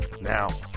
now